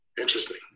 interesting